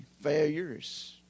failures